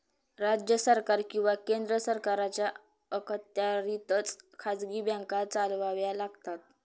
राज्य सरकार किंवा केंद्र सरकारच्या अखत्यारीतच खाजगी बँका चालवाव्या लागतात